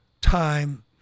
time